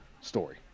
story